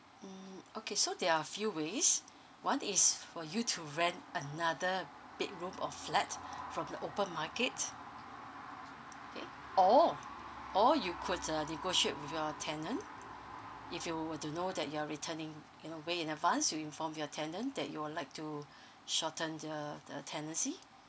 mm okay so there are few ways one is for you to rent another bedroom or flat from the open market okay or or you could uh negotiate with your tenant if you do know that you are returning in a way in advance you form your tenant that you would like to shorten the the tenancy